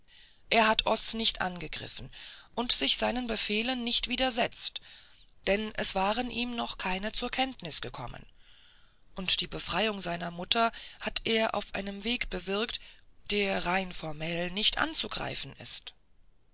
er hat oß nicht angegriffen und sich seinen befehlen nicht widersetzt denn es waren ihm noch keine zur kenntnis gekommen und die befreiung seiner mutter hat er auf einem weg bewirkt der rein formell nicht anzugreifen ist